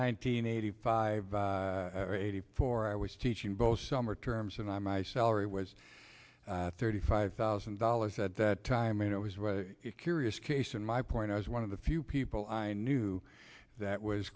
nineteen eighty five or eighty four i was teaching both summer terms and i my salary was thirty five thousand dollars at that time it was rather curious case and my point i was one of the few people i knew that was